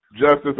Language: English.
Justice